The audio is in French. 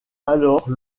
alors